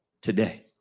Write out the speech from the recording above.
today